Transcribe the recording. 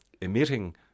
emitting